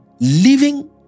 living